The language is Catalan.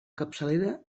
capçalera